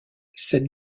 cette